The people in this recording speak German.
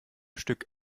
stück